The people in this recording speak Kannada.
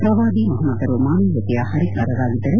ಪ್ರವಾದಿ ಮೊಹಮ್ನದ್ರು ಮಾನವೀಯತೆಯ ಪರಿಕಾರರಾಗಿದ್ದರು